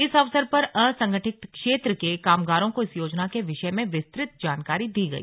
इस अवसर पर असंगठित क्षेत्र के कामगारों को इस योजना के विषय में विस्तुत जानकारी दी गई